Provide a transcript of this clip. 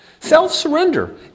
Self-surrender